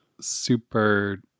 super